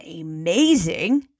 amazing